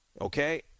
Okay